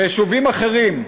ויישובים אחרים.